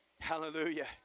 Hallelujah